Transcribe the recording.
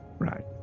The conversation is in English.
Right